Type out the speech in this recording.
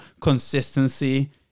consistency